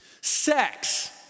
Sex